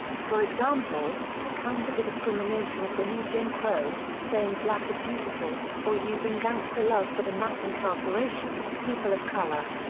for example, to counter the discrimination of the new jim crow, saying black is beautiful, or using gangsta love for the mass incarceration of people of color.